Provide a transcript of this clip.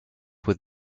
with